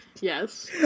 Yes